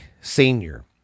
senior